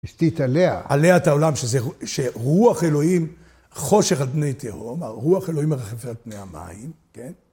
השתית עליה, עליה את העולם, שרוח אלוהים חושך על פני תהום, הרוח אלוהים מרחפת על פני המים, כן?